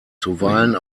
zuweilen